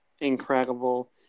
incredible